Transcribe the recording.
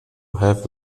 have